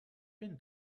been